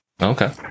Okay